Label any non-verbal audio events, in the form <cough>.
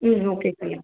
ம் ஓகே சரி <unintelligible>